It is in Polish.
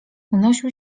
unosił